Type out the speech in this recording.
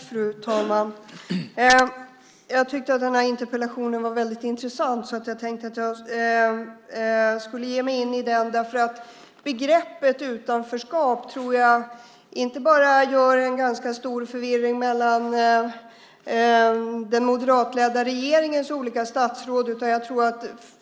Fru talman! Jag tyckte att interpellationen var så intressant att jag ville ge mig in i debatten. Begreppet utanförskap åstadkommer, tror jag, en ganska stor förvirring inte bara mellan den moderatledda regeringens olika statsråd.